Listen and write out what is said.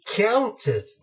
counted